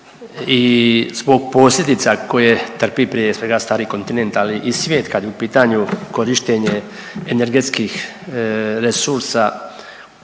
i zbog posljedica koje trpi prije svega Stari kontinent ali i svijet kad je u pitanju korištenje energetskih resursa